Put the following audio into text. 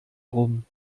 rum